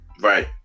Right